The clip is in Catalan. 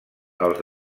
els